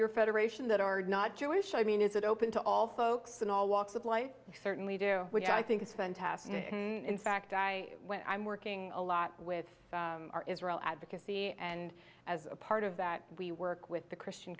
your federation that are not jewish i mean is it open to all folks in all walks of life certainly do which i think is fantastic in fact i when i'm working a lot with our israel advocacy and as a part of that we work with the christian